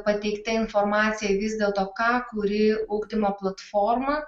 pateikta informacija vis dėlto ką kuri ugdymo platforma